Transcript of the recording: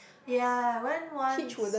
ya went once